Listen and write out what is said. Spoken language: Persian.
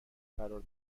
قرار